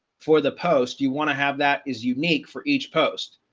for the post you want to have that is unique for each post,